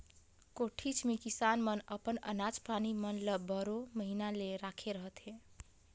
कोठीच मे किसान मन अपन अनाज पानी मन ल बारो महिना ले राखे रहथे